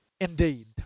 Indeed